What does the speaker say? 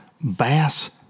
bass